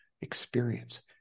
experience